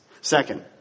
Second